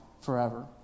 Forever